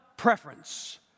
preference